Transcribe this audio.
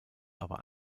aber